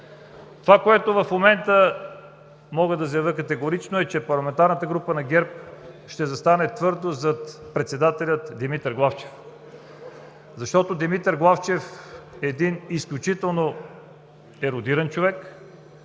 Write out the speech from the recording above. Това, което в момента мога да заявя категорично, е, че Парламентарната група на ГЕРБ ще застане твърдо зад председателя Димитър Главчев, защото Димитър Главчев е един изключително ерудиран човек,